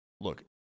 look